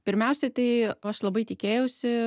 pirmiausiai tai aš labai tikėjausi